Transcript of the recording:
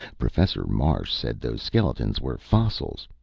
professor marsh said those skeletons were fossils.